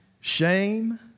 shame